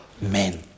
men